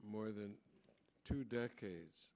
more than two decades